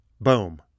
Boom